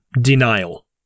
denial